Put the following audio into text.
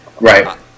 Right